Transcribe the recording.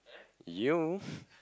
you